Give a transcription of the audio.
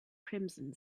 crimson